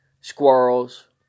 squirrels